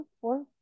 Four